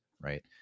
right